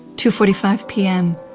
two forty five pm,